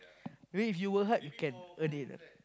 maybe if you work hard you can earn that